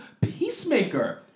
Peacemaker